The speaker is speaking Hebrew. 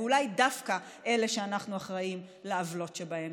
ואולי דווקא אלה שאנחנו אחראים לעוולות שבהם.